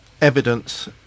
evidence